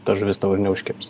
ta žuvis tavo ir neužkibs